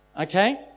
Okay